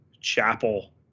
Chapel